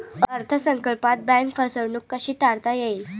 अर्थ संकल्पात बँक फसवणूक कशी टाळता येईल?